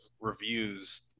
reviews